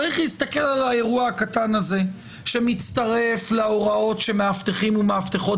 צריך להסתכל על האירוע הקטן הזה שמצטרף להוראות שמאבטחים ומאבטחות